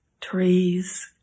trees